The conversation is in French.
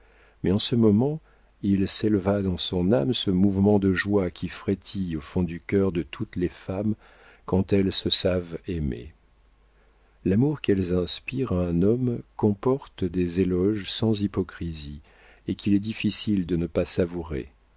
mais en ce moment il s'éleva dans son âme ce mouvement de joie qui frétille au fond du cœur de toutes les femmes quand elles se savent aimées l'amour qu'elles inspirent à un homme comporte des éloges sans hypocrisie et qu'il est difficile de ne pas savourer